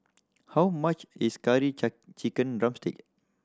how much is curry chicken drumstick